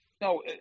No